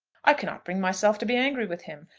i cannot bring myself to be angry with him,